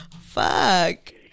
Fuck